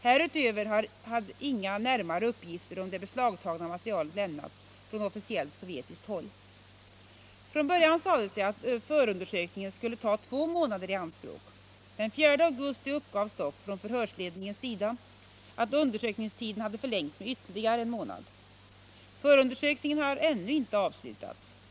Härutöver har inga närmare uppgifter om det beslagtagna materialet lämnats från officiellt sovjetiskt håll. Från början sades att förundersökningen skulle ta två månader i anspråk. Den 4 augusti uppgavs dock från förhörsledningens sida att undersökningstiden hade förlängts med ytterligare en månad. Förundersökningen har ännu inte avslutats.